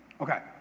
Okay